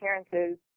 appearances